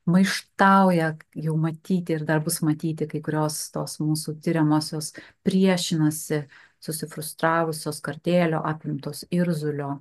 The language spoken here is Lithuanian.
maištauja jau matyti ir dar bus matyti kai kurios tos mūsų tiriamosios priešinasi susifrustravusios kartėlio apimtos irzulio